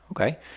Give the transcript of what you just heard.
Okay